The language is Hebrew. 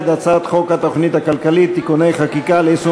חוק התוכנית הכלכלית (תיקוני חקיקה ליישום